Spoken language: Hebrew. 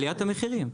עליית המחירים.